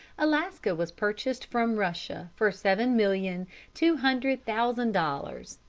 alaska was purchased from russia for seven million two hundred thousand dollars.